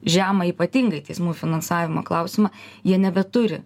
žemą ypatingai teismų finansavimo klausimą jie nebeturi